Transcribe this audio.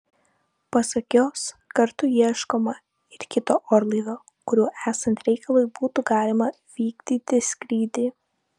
pasak jos kartu ieškoma ir kito orlaivio kuriuo esant reikalui būtų galima vykdyti skrydį